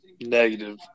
Negative